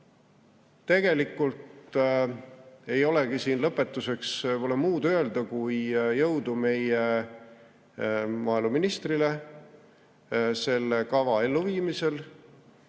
tegelikult ei olegi lõpetuseks muud öelda kui jõudu maaeluministrile selle kava elluviimisel.